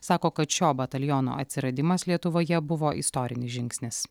sako kad šio bataliono atsiradimas lietuvoje buvo istorinis žingsnis